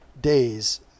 days